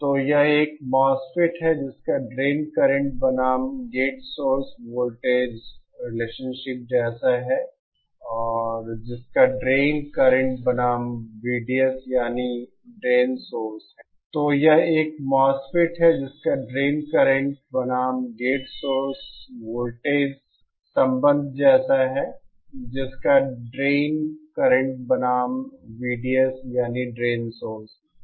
तो यह एक MOSFET है जिसका ड्रेन करंट बनाम गेट सोर्स वोल्टेज रिलेशनशिप जैसा है और जिसका ड्रेन करंट बनाम VDS यानी ड्रेन सोर्स है